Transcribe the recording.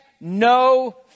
no